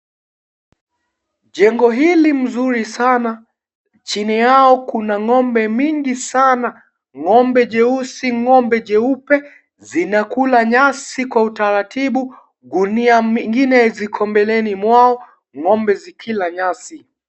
Jengo hili mzuri sana. Chini yao kuna ng'ombe mingi sana. Ng'ombe jeusi, ng'ombe jeupe zinakula nyasi kwa utaratibu. Gunia zingine ziko mbeleni mwao ng'ombe zikila nyasi.